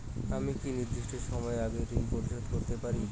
আমি কি নির্দিষ্ট সময়ের আগেই ঋন পরিশোধ করতে পারি?